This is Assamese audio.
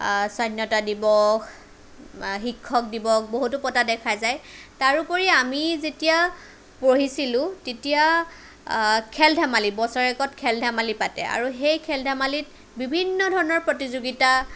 স্বাধীনতা দিৱস শিক্ষক দিৱস বহুতো পতা দেখা যায় তাৰোপৰি আমি যেতিয়া পঢ়িছিলোঁ তেতিয়া খেল ধেমালি বছৰেকত খেল ধেমালি পাতে আৰু সেই খেল ধেমালিত বিভিন্ন ধৰণৰ প্ৰতিযোগিতা